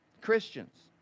Christians